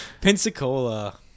Pensacola